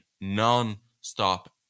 non-stop